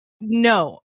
No